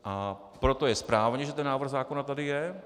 A proto je správně, že ten návrh zákona tady je.